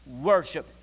worship